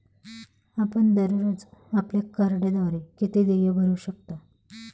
आपण दररोज आपल्या कार्डद्वारे किती देय भरू शकता?